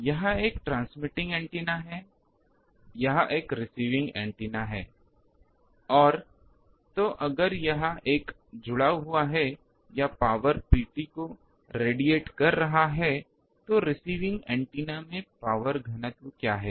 तो यह एक प्रसारण एंटीना है यह एक प्राप्त एंटीना है और तो अगर यह एक जुड़ा हुआ है या पॉवर Pt को विकीर्ण कर रहा है तो प्राप्त ऐन्टेना में पॉवर घनत्व क्या है